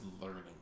learning